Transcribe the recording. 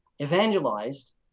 evangelized